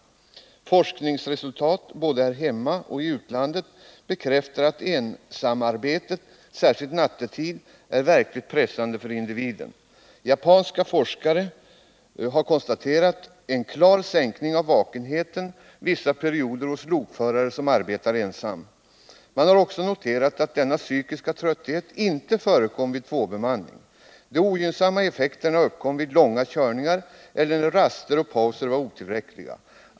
Forskningsresultat, både här hemma och i utlandet, bekräftar att ensamarbete, särskilt nattetid, är verkligt pressande för individen. Japanska forskare har konstaterat en klar sänkning av vakenheten vissa perioder hos lokförare som arbetar ensamma. Man har också noterat att denna psykiska trötthet inte förekommer vid tvåbemanning. De ogynnsamma effekterna uppkom vid långa körningar eller när raster och pauser var otillräckliga.